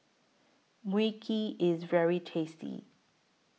Mui Kee IS very tasty